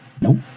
nope